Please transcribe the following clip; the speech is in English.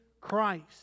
Christ